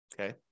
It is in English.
Okay